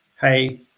hey